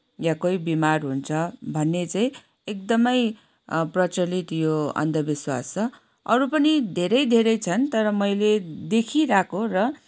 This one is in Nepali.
या कोही बिमार हुन्छ भन्ने चाहिँ एकदमै प्रचलित यो अन्धविश्वास छ अरू पनि धेरै धेरै छन् तर मैले देखिरहेको र